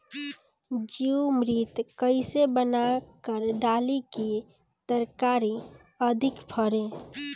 जीवमृत कईसे बनाकर डाली की तरकरी अधिक फरे?